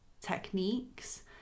techniques